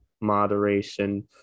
moderation